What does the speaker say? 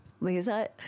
Lisa